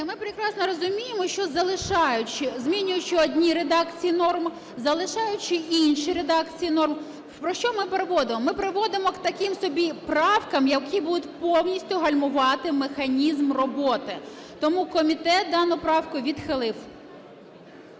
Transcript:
ми прекрасно розуміємо, що залишаючи… змінюючи одні редакції норм, залишаючи інші редакції норм, про що ми приводимо? Ми приводимо до таких собі правок, які будуть повністю гальмувати механізм роботи. Тому комітет дану правку відхилив.